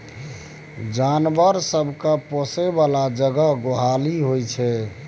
जानबर सब केँ पोसय बला जगह गोहाली होइ छै